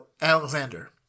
Alexander